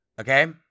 Okay